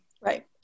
right